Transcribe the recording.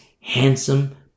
handsome